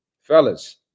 fellas